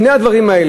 שני הדברים האלה,